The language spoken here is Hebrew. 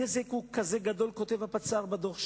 הנזק הוא כזה גדול, כותב הפצ"ר בדוח שלו,